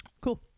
Cool